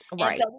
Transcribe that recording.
right